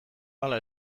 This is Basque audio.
hala